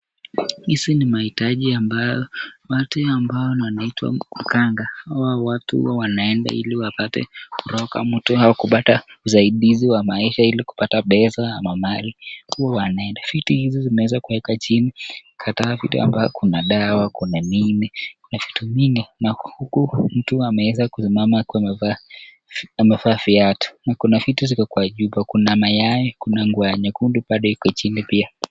Hizi ni mahitaji ambayo watu ambao huwa wanaitwa muganga. Hawa watu huwa wanaenda ili wapate kuroga. Mtu au kupata usaidizi wa maisha ili kupata pesa ama mali. Huwa wanaenda. Vitu hizi zimeweza kuwekwa chini. Kutawa vitu ambavyo kuna dawa, kuna nini, kuna vitu mingi na huku mtu ameweza kusimama akiwa amevaa amevaa viatu. Na kuna vitu ziko kwa jupa. Kuna mayai, kuna nguo ya nyekundu bado iko chini pia.